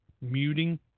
muting